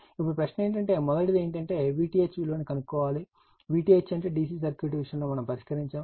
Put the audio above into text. ఇప్పుడు ప్రశ్న ఏమిటంటే మొదటిది ఏమిటంటే vTh విలువను కనుగొనండి vTh అంటే DC సర్క్యూట్ విషయంలో మనము పరిష్కరించాము